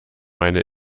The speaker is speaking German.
eine